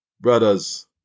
brothers